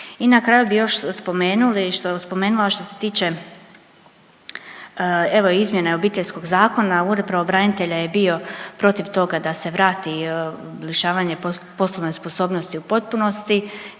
I na kraju bi još spomenula što se tiče evo izmjene Obiteljskog zakona, Ured pravobranitelja je bio protiv toga da se vrati lišavanje poslovne sposobnosti u potpunosti,